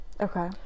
okay